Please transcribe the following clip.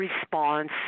response